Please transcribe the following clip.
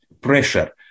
pressure